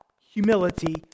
humility